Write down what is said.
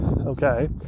okay